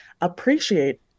appreciate